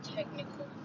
Technical